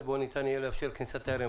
לקראת היום שבו ניתן יהיה לאפשר כניסת תיירים.